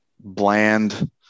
Bland